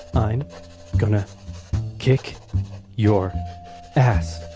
i'm gonna kick your ass!